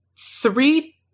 three